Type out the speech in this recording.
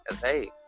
Hey